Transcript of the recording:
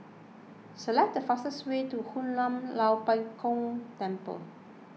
select the fastest way to Hoon Lam Tua Pek Kong Temple